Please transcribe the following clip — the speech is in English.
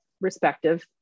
respective